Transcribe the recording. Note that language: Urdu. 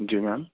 جی میم